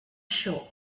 show